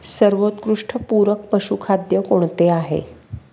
सर्वोत्कृष्ट पूरक पशुखाद्य कोणते आहे?